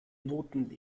noten